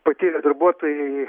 patyrę darbuotojai